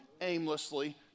aimlessly